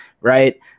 Right